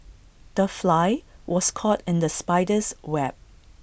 the fly was caught in the spider's web